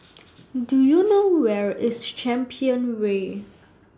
Do YOU know Where IS Champion Way